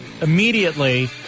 immediately